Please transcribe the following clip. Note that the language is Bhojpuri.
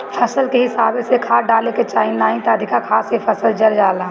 फसल के हिसाबे से खाद डाले के चाही नाही त अधिका खाद से फसल जर जाला